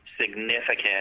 significant